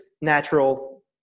natural